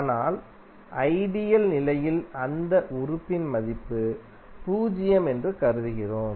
ஆனால் ஐடியல் நிலையில் அந்த உறுப்பின் மதிப்பு பூஜ்ஜியம் என்று கருதுகிறோம்